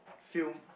film